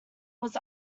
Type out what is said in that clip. was